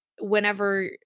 whenever